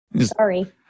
Sorry